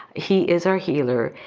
he is our healer.